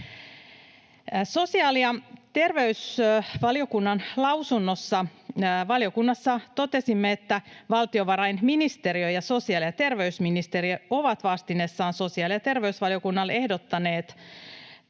Sosiaali‑ ja terveysvaliokunnan lausunnossa valiokunnassa totesimme, että valtiovarainministeriö ja sosiaali‑ ja terveysministeriö ovat vastineessaan sosiaali‑ ja terveysvaliokunnalle ehdottaneet